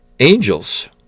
angels